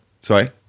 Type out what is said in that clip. Sorry